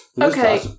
Okay